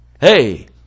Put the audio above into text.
hey